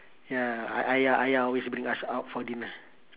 ya I I I always bring us out for dinner